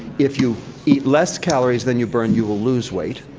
if you eat less calories than you burn, you will lose weight.